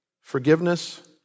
forgiveness